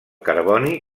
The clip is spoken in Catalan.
carboni